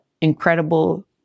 incredible